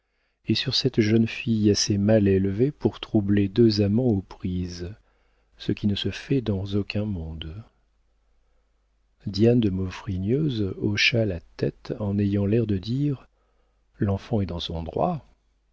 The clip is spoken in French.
et sur cette jeune fille assez mal élevée pour troubler deux amants aux prises ce qui ne se fait dans aucun monde diane de maufrigneuse hocha la tête en ayant l'air de dire l'enfant est dans son droit